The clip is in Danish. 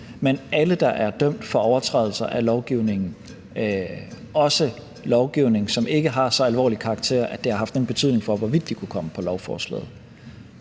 men alle, der er dømt for overtrædelser af lovgivningen, også lovgivning, som ikke har så alvorlig karakter, at det har haft nogen betydning for, hvorvidt de kunne komme på lovforslaget.